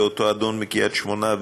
ואותו אדון מקריית שמונה,